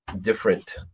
different